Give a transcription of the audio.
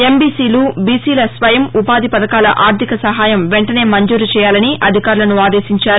ఎంబీసీలు బీసీల స్వయం ఉపాధి పథకాల ఆర్థిక సహాయం వెంటనే మంజూరు చేయాలని అధికారులను ఆదేశించారు